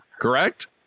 Correct